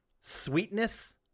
sweetness